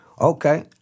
Okay